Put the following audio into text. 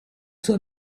suo